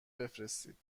بفرستید